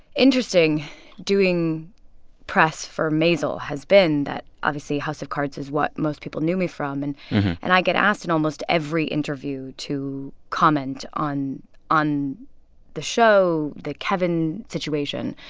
interesting doing press for maisel has been that obviously house of cards is what most people knew me from, and and i get asked in almost every interview to comment on on the show, the kevin situation.